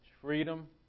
freedom